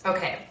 Okay